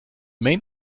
main